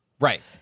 right